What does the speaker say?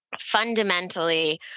fundamentally